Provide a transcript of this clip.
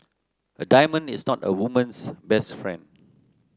a diamond is not a woman's best friend